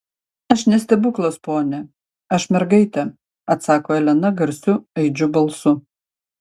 aš ne stebuklas pone aš mergaitė atsako elena garsiu aidžiu balsu